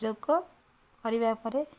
ଯୋଗ କରିବା ପରେ